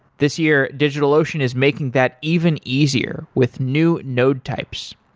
this year, digitalocean is making that even easier with new node types.